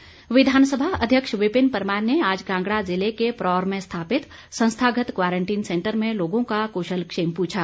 परमार विधानसभा अध्यक्ष विपिन परमार ने आज कांगड़ा जिले के परौर में स्थापित संस्थागत क्वारंटीन सैंटर में लोगों का कुशलक्षेम पूछा